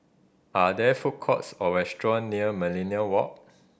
are there food courts or restaurant near Millenia Walk